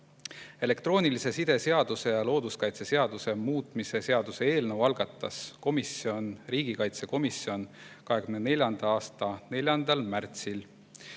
Elektroonilise side seaduse ja looduskaitseseaduse muutmise seaduse eelnõu algatas riigikaitsekomisjon 2024. aasta 4. märtsil.